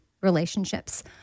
relationships